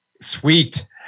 Sweet